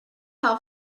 how